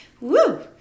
Woo